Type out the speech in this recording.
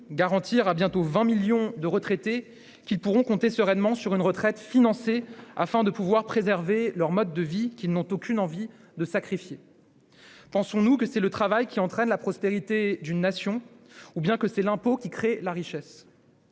garantir à bientôt 20 millions de retraités qu'ils pourront compter sereinement sur une retraite financée et ainsi préserver leur mode de vie, qu'ils n'ont aucune envie de sacrifier ? Pensons-nous que c'est le travail qui crée la prospérité d'une nation, ou bien que c'est l'impôt qui crée la richesse ?